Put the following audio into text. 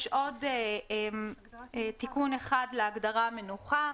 יש עוד תיקון אחד להגדרה "מנוחה".